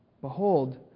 Behold